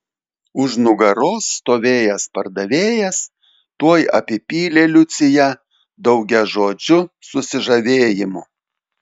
už nugaros stovėjęs pardavėjas tuoj apipylė liuciją daugiažodžiu susižavėjimu